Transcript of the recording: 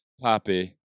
poppy